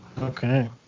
Okay